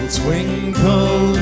twinkle